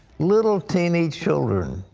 little tiny children,